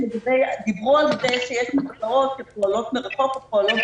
דיברו על כך שיש מסגרות שפועלות מרחוק או פועלות